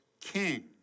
king